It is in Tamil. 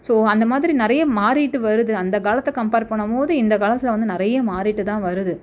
ஸோ அந்தமாதிரி நிறைய மாறிகிட்டு வருது அந்த காலத்தை கம்பேர் பண்ண போது இந்த காலத்தில் வந்து நிறைய மாறிகிட்டு தான் வருது